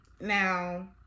now